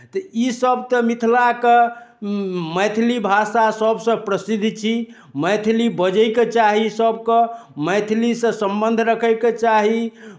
तऽ ईसभ तऽ मिथिलाके मैथिली भाषा सभसँ प्रसिद्ध छी मैथिली बजयके चाही सभकेँ मैथिलीसँ सम्बन्ध रखयके चाही